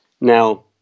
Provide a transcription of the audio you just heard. Now